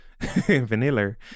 Vanilla